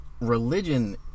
religion